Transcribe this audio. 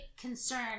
concern